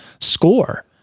score